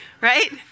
right